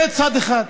זה צד אחד.